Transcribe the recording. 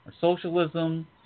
socialism